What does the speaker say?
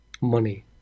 money